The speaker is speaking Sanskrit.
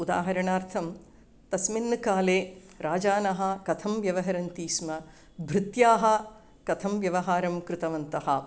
उदाहरणार्थं तस्मिन् काले राजानः कथं व्यवहरन्ति स्म भृत्याः कथं व्यवहारं कृतवन्तः